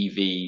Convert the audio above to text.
EV